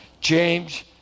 James